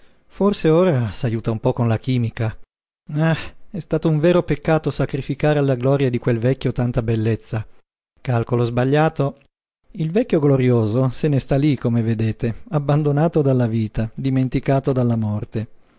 forse ora s'ajuta un po con la chimica ah è stato un vero peccato sacrificare alla gloria di quel vecchio tanta bellezza calcolo sbagliato il vecchio glorioso se ne sta lí come vedete abbandonato dalla vita dimenticato dalla morte